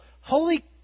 Holy